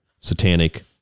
satanic